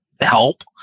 help